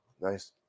nice